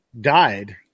died